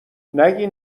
نگی